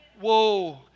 Whoa